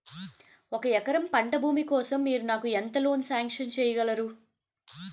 ఒక ఎకరం పంట భూమి కోసం మీరు నాకు ఎంత లోన్ సాంక్షన్ చేయగలరు?